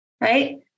right